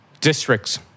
districts